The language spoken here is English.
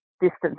distance